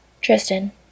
Tristan